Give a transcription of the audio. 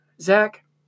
Zach